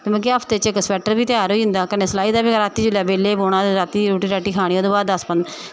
मतलब कि हफ्ते च इक स्वेटर त्यार होई जंदी ते कन्नै सलाई बी रातीं जिसलै बेल्लै बौह्ना ते रातीं रुट्टी राट्टी खानी ओह्दे बाद